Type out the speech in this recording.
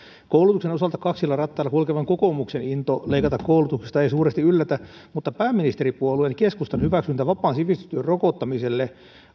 koulutuksen osalta kaksilla rattailla kulkevan kokoomuksen into leikata koulutuksesta ei suuresti yllätä mutta pääministeripuolue keskustan hyväksyntä vapaan sivistystyön rokottamiselle